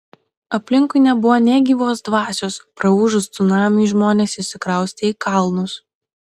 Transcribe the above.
aplinkui nebuvo nė gyvos dvasios praūžus cunamiui žmonės išsikraustė į kalnus